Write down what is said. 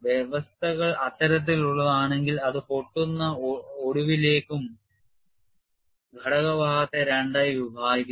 വ്യവസ്ഥകൾ അത്തരത്തിലുള്ളതാണെങ്കിൽ അത് പൊട്ടുന്ന ഒടിവിലേക്കും ഘടകഭാഗത്തെ രണ്ടായി വിഭജിക്കുന്നു